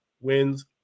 wins